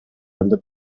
under